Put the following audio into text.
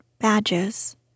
badges